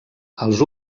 els